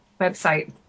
website